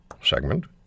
segment